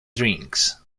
drinks